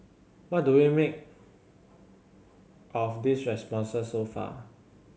what do we make of these responses so far